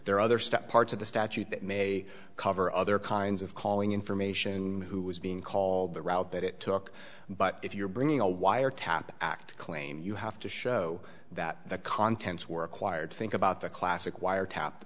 there are other step parts of the statute that may cover other kinds of calling information who was being called the route that it took but if you're bringing a wiretap act claim you have to show that the contents were acquired think about the classic wiretap